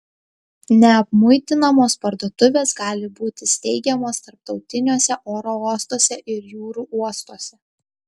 neapmuitinamos parduotuvės gali būti steigiamos tarptautiniuose oro uostuose ir jūrų uostuose